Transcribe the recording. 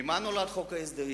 ממה נולד חוק ההסדרים?